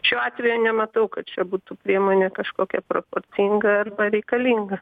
šiuo atveju nematau kad čia būtų priemonė kažkokia proporcinga arba reikalinga